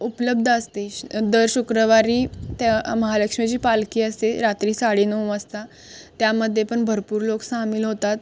उपलब्ध असते श दर शुक्रवारी त्या महालक्ष्मीची पालखी असते रात्री साडे नऊ वाजता त्यामध्ये पण भरपूर लोक सामील होतात